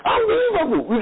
Unbelievable